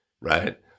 right